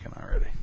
already